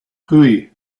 hooey